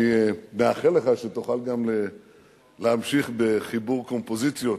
אני מאחל לך שתוכל גם להמשיך בחיבור קומפוזיציות,